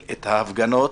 והם לא מרווחים,